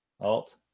Alt